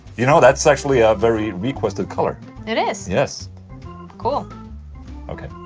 you know, that's actually a very requested color it is yes cool okay,